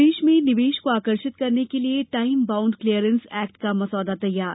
प्रदेश में निवेश को आकर्षित करने के लिये टाईम बाउंड क्लीयरेंस एक्ट का मसौदा तैयार